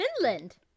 Finland